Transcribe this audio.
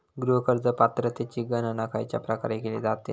गृह कर्ज पात्रतेची गणना खयच्या प्रकारे केली जाते?